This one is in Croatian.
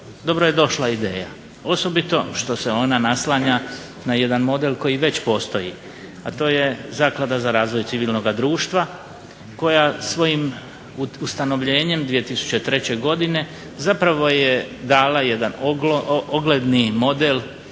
dobro je došla ideja. Osobito što se ona naslanja na jedan model koji već postoji, a to je Zaklada za razvoj civilnoga društva koja svojim ustanovljenjem 2003. godine zapravo je dala jedan ogledni model